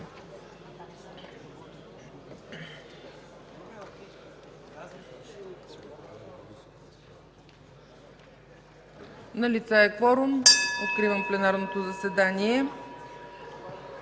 Налице е кворум, откривам пленарното заседание.